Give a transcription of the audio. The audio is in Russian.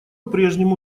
прежнему